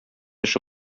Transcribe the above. эше